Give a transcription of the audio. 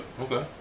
Okay